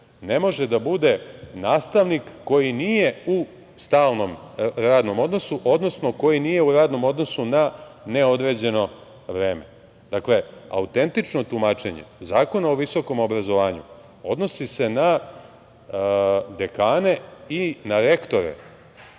ne može da bude nastavnik koji nije u stalnom radnom odnosu, odnosno koji nije u radnom odnosu na neodređeno vreme. Dakle, autentično tumačenje Zakona o visokom obrazovanju odnosi se na dekane i na rektore,